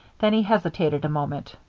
then he hesitated a moment.